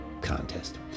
contest